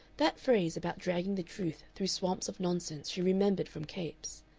that phrase about dragging the truth through swamps of nonsense she remembered from capes.